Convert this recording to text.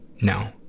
no